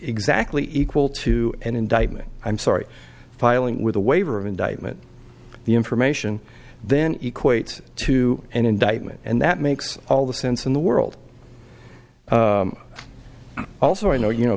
exactly equal to an indictment i'm sorry filing with a waiver of indictment the information then equates to an indictment and that makes all the sense in the world also i know you know